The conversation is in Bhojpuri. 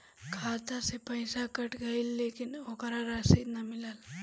खाता से पइसा कट गेलऽ लेकिन ओकर रशिद न मिलल?